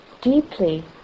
deeply